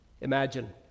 Imagine